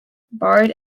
barred